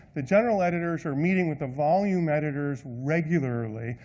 the general editors, are meeting with the volume editors regularly,